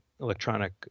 electronic